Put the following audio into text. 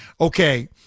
Okay